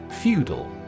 Feudal